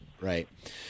right